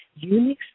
Unix